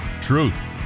truth